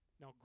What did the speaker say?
Now